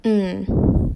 mm